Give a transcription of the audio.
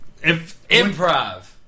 Improv